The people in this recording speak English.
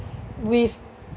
with